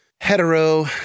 hetero